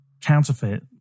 counterfeit